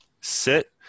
sit